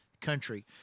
country